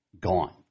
gone